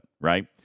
right